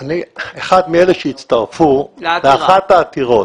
אני אחד מאלה שהצטרפו לאחת העתירות.